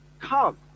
come